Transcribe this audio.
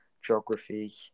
geography